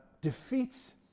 defeats